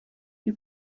you